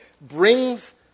brings